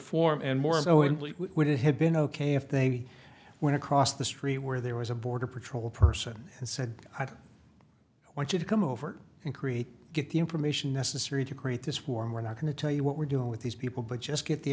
form and more so and we would have been ok if they went across the street where there was a border patrol person and said i don't i want you to come over and create get the information necessary to create this war and we're not going to tell you what we're doing with these people but just get the